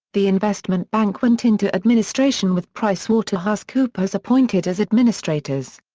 the investment bank went into administration with pricewaterhousecoopers appointed as administrators.